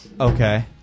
Okay